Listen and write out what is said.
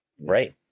right